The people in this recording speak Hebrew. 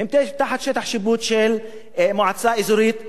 הן תחת שטח שיפוט של מועצה אזורית תבור,